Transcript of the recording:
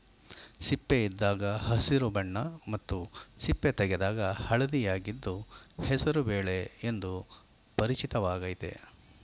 ಸಿಪ್ಪೆಯಿದ್ದಾಗ ಹಸಿರು ಬಣ್ಣ ಮತ್ತು ಸಿಪ್ಪೆ ತೆಗೆದಾಗ ಹಳದಿಯಾಗಿದ್ದು ಹೆಸರು ಬೇಳೆ ಎಂದು ಪರಿಚಿತವಾಗಯ್ತೆ